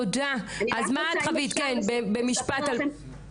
גם מאוחר יותר.